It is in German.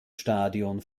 stadion